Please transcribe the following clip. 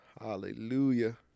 Hallelujah